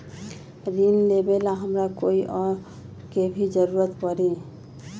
ऋन लेबेला हमरा कोई और के भी जरूरत परी?